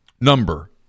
number